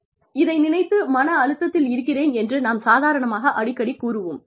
நான் இதை நினைத்து மன அழுத்தத்தில் இருக்கிறேன் என்று நாம் சாதாரணமாக அடிக்கடி கூறுவோம்